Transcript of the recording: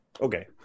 Okay